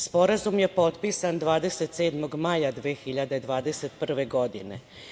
Sporazum je potpisan 27. maja 2021. godine.